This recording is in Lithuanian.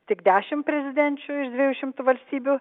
tik dešimt prezidenčių dviejų šimtų valstybių